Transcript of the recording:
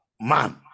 man